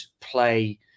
play